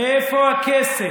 איפה הכסף?